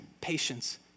patience